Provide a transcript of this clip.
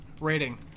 Rating